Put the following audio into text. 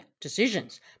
decisions